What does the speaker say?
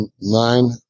nine